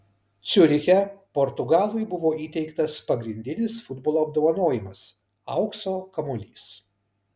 ciuriche portugalui buvo įteiktas pagrindinis futbolo apdovanojimas aukso kamuolys